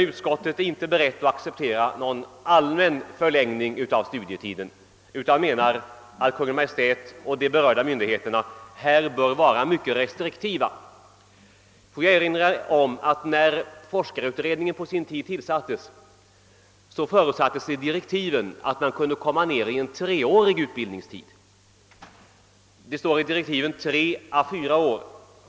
Utskottet är inte berett att acceptera någon allmän förlängning av studietiden utan menar att Kungl. Maj:t och de berörda myndigheterna bör vara mycket restriktiva härvidlag. Får jag erinra om att det i direktiven till forskarutredningen på sin tid förutsattes att man kunde tänka sig en treårig utbildningstid — det talades i direktiven om tre å fyra år.